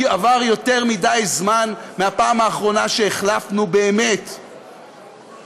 כי עבר יותר מדי זמן מהפעם האחרונה שהחלפנו באמת הנהגה.